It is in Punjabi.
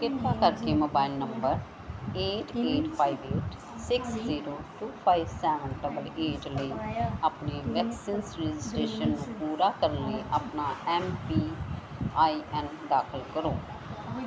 ਕਿਰਪਾ ਕਰਕੇ mobile number eight eight five eight six zero two five seven double eight ਲਈ ਆਪਣੀ ਵੈਕਸੀਨ ਰਜਿਸਟ੍ਰੇਸ਼ਨ ਪੂਰਾ ਕਰਨ ਲਈ ਆਪਣਾ ਐਮ ਪੀ ਆਈ ਐਨ ਦਾਖਲ ਕਰੋ